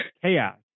chaos